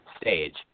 stage